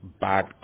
bad